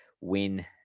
win